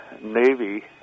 navy